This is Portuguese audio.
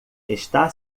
está